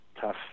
tough